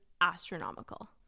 astronomical